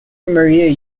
maria